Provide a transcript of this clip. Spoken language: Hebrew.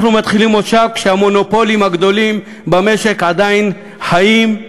אנחנו מתחילים מושב כשהמונופולים הגדולים במשק עדיין חיים,